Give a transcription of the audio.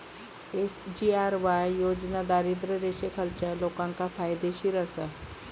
SGRY योजना दारिद्र्य रेषेखालच्या लोकांका फायदेशीर आसा